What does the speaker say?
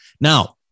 Now